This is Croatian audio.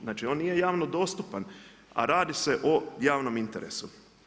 Znači on nije javno dostupan, a radi se o javnom interesu.